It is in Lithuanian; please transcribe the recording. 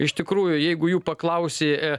iš tikrųjų jeigu jų paklausi